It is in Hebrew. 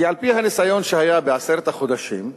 כי על-פי הניסיון שהיה בעשרת החודשים,